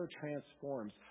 transforms